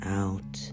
out